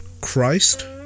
Christ